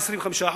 25%,